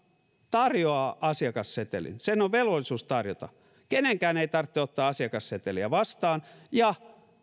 tarjoaa asiakassetelin sen on velvollisuus tarjota kenenkään ei tarvitse ottaa asiakasseteliä vastaan ja